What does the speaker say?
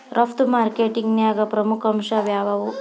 ರಫ್ತು ಮಾರ್ಕೆಟಿಂಗ್ನ್ಯಾಗ ಪ್ರಮುಖ ಅಂಶ ಯಾವ್ಯಾವ್ದು?